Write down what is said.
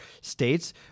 states